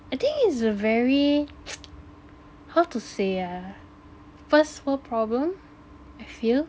I think it's a very how to say ah first world problem I feel